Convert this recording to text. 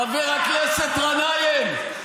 חבר הכנסת גנאים,